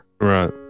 Right